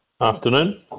Afternoon